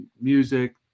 music